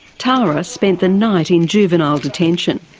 tara spent the night in juvenile detention.